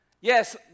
Yes